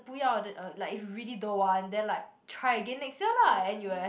不要 then uh like if you really don't want then like try again next year lah n_u_s